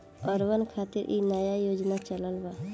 urban खातिर इ नया योजना चलल बा